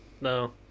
No